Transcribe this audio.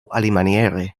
alimaniere